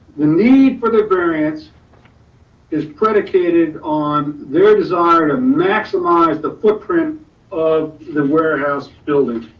the need for the variance is predicated on their desire to maximize the footprint of the warehouse buildings.